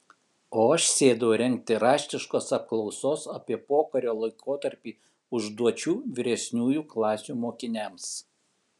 o aš sėdau rengti raštiškos apklausos apie pokario laikotarpį užduočių vyresniųjų klasių mokiniams